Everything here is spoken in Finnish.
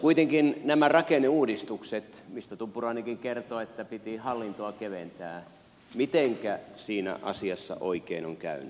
kuitenkin on nämä rakenneuudistukset mistä tuppurainenkin kertoi että piti hallintoa keventää mitenkä siinä asiassa oikein on käynyt